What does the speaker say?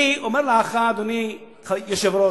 אני אומר לך, אדוני היושב-ראש: